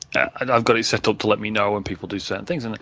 and i've got it set up to let me know when people do certain things. and